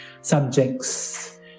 subjects